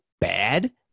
bad